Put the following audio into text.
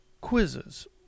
quizzes